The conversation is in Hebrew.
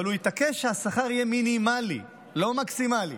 אבל הוא התעקש שהשכר יהיה מינימלי, לא מקסימלי.